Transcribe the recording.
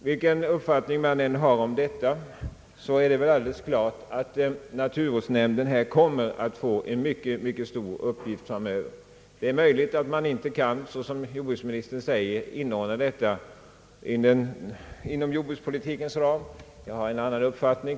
Vilken uppfattning man än har om detta är det alldeles klart, att naturvårdsverket här kommer att få en mycket stor uppgift framöver. Det är möjligt att man, som jordbruksministern säger, inte kan inordna detta inom jordbrukspolitikens ram. Jag har dock en annan uppfattning.